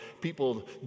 people